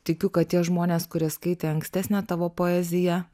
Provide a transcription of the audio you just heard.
tikiu kad tie žmonės kurie skaitė ankstesnę tavo poeziją